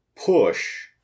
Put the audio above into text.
Push